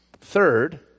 Third